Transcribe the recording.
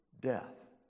death